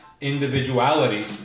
individuality